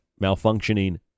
malfunctioning